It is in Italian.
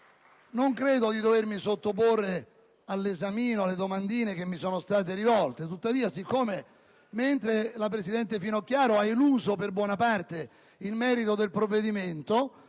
non credo di dovermi sottoporre all'esamino e alle domandine che mi sono state rivolte. Tuttavia, mentre la presidente Finocchiaro ha eluso per buona parte il merito del provvedimento,